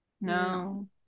No